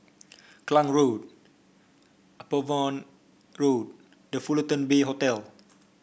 Klang Road Upavon Road The Fullerton Bay Hotel